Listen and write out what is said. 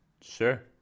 Sure